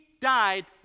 died